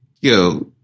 yo